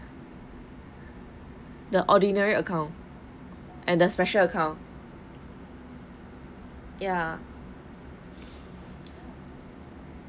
the ordinary account and the special account ya